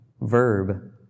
verb